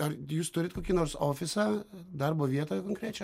ar jūs turit kokį nors ofisą darbo vietą konkrečią